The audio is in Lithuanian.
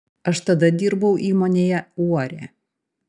aš tada dirbau įmonėje uorė